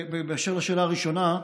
באשר לשאלה הראשונה,